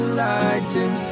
lighting